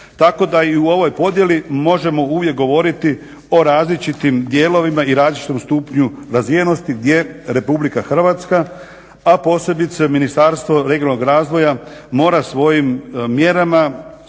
Tako da i u ovoj podjeli možemo uvijek govoriti o različitim dijelovima i različitom stupnju razvijenosti, gdje RH, a posebice Ministarstvo regionalnog razvoja mora svojim mjerama, svojom